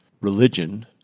religion